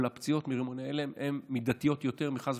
אבל הפציעות מרימוני הלם הן מידתיות יותר מאשר